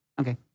Okay